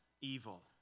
evil